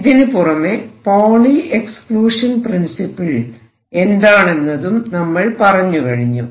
ഇതിനു പുറമെ Pauli exclusion principle എന്താണെന്നതും നമ്മൾ പറഞ്ഞുകഴിഞ്ഞു